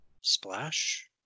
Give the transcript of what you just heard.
Splash